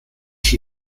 she